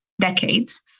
decades—